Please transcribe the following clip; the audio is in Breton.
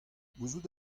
gouzout